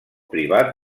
privat